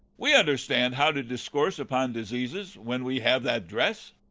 we understand how to discourse upon diseases when we have that dress?